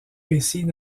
récits